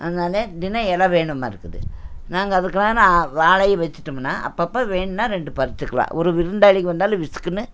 அதுனால தினம் இல வேணுமா இருக்குது நாங்கள் அதுக்கு எல்லாம் நான் வாழை வச்சிட்டோமுன்னா அப்பப்போ வேண்னா ரெண்டு பரிச்சுக்கிலாம் ஒரு விருந்தாளிங்க வந்தாலும் விசுக்குன்னு